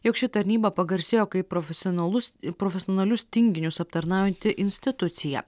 jog ši tarnyba pagarsėjo kaip profesionalus profesionalius tinginius aptarnaujanti institucija